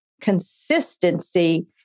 consistency